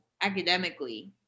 academically